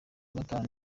gatanu